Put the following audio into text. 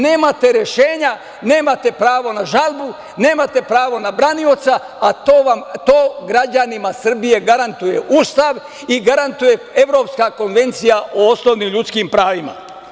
Nemate rešenja, nemate pravo na žalbu, nemate pravo na branioca, a to građanima Srbije garantuje Ustav i garantuje Evropska konvencija o osnovnim ljudskim pravima.